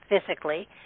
physically